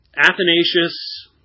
Athanasius